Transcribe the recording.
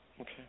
Okay